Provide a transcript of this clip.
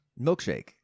milkshake